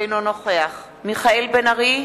אינו נוכח מיכאל בן-ארי,